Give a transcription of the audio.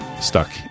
stuck